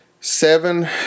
seven